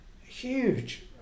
huge